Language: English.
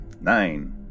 Nine